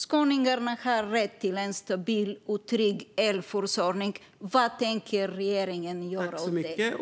Skåningarna har rätt till en stabil och trygg elförsörjning. Vad tänker regeringen göra åt detta?